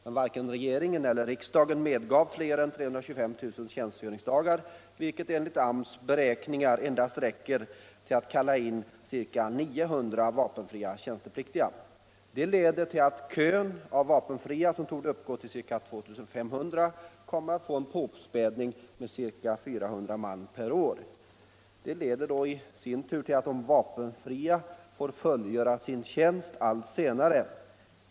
Men varken regeringen eller riksdagen medgav fler än 325 000 tjänstgöringsdagar, vilket enligt AMS beräkningar endast räcker till att ta in ca 900 vapenfria tjänstepliktiga. Detta leder till att kön av vapenfria, som torde uppgå till ca 2 500, kommer att få en påspädning med 400 man per år. Det medför i sin tur att de vapenfria får fullgöra sin tjänstgöring allt senare.